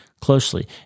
closely